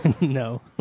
No